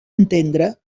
entendre